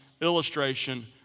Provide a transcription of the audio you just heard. illustration